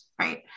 right